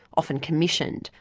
often commissioned,